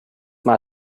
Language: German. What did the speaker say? mal